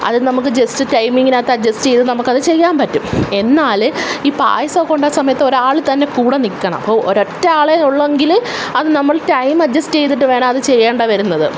അത് നമുക്ക് ജെസ്റ്റ് ടൈമിങ്ങിനാത്ത് അഡ്ജസ്റ്റെ ചെയ്ത് നമുക്കത് ചെയ്യാൻ പറ്റും എന്നാൽ ഈ പായസമൊക്കെ ഉണ്ടാ സമയത്ത് ഒരാൾ തന്നെ കൂടെ നിൽക്കണം ഇപ്പോൾ ഒരൊറ്റ ആളെ ഉള്ളെങ്കിൽ അത് നമ്മൾ ടൈം അഡ്ജസ്റ്റെ ചെയ്തിട്ട് വേണം അത് ചെയ്യേണ്ടി വരുന്നത്